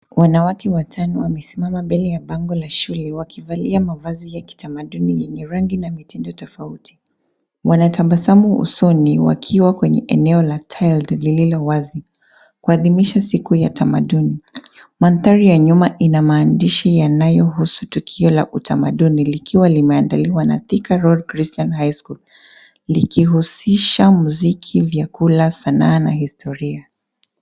Wanawake watano wamesimama mbele ya bango la shule wakivalia mavazi ya kitamaduni yenye rangi na mitindo tofauti. Wanatabasamu usoni wakiwa kwenye eneo la tiled lililo wazi kuadhimisha siku ya tamaduni. Mandhari ya nyuma ina maandishi yanayohusu tukio la utamaduni likiwa limeandaliwa na Thika Road Christian High School. Likihusisha muziki, vyakula, Sanaa na historia.